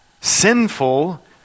sinful